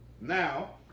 Now